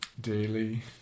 daily